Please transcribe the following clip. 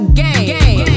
game